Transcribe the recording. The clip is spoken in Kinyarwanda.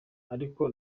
ariko